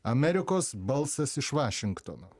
amerikos balsas iš vašingtono